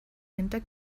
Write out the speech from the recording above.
hinter